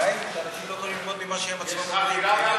הבעיה היא שאנשים לא יכולים ללמוד ממה שהם עצמם אומרים.